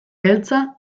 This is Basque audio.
beltza